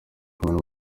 kumwe